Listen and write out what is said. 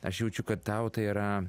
aš jaučiu kad tau tai yra